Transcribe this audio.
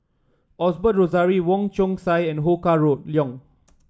Osbert Rozario Wong Chong Sai and Ho Kah Leong